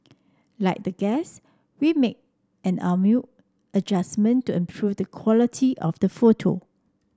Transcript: like the guests we made an amateur adjustment to improve the quality of the photo